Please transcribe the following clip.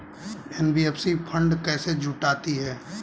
NBFC fund कैसे जुटाती है?